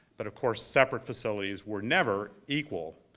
but of course, separate facilities were never equal.